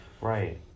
Right